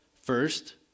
First